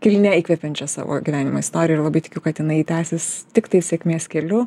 kilnia įkvepiančia savo gyvenimo istorija ir labai tikiu kad jinai tęsis tiktai sėkmės keliu